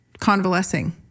convalescing